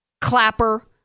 Clapper